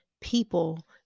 people